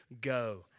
Go